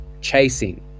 chasing